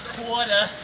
quarter